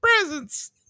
presents